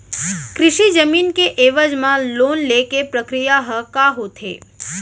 कृषि जमीन के एवज म लोन ले के प्रक्रिया ह का होथे?